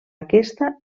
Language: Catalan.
aquesta